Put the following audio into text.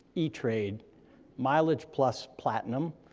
etrade, mileage plus platinum,